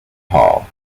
hall